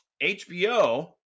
HBO